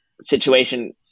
situation